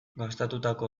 gastatutako